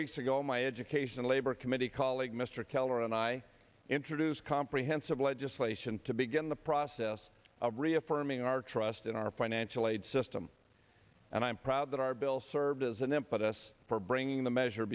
weeks ago my education labor committee colleague mr keller and i introduced comprehensive legislation to begin the process of reaffirming our trust in our financial aid system and i am proud that our bill served as an impetus for bringing the measure